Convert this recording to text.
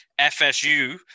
FSU